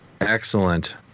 Excellent